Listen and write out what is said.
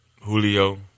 Julio